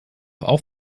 auch